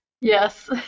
Yes